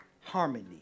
harmony